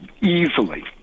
easily